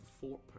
fort